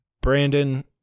Brandon